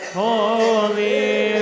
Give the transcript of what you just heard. holy